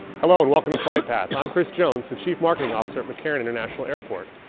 hello and welcome to fight path, i'm chris jones, the chief marketing officer at mccarran international airport.